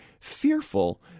fearful